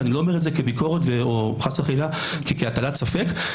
ואני לא אומר את זה כביקורת או חס וחלילה כהטלת ספק.